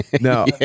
No